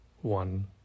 one